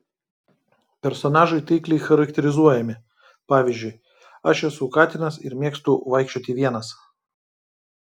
personažai taikliai charakterizuojami pavyzdžiui aš esu katinas ir mėgstu vaikščioti vienas